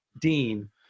Dean